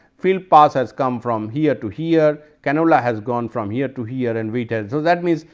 field peas has has come from here to here, canola has gone from here to here and wheat has so that means,